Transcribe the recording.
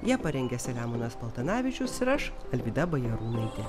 ją parengė selemonas paltanavičius ir aš alvyda bajarūnaitė